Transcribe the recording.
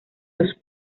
los